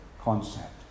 concept